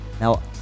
now